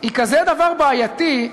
היא כזה דבר בעייתי,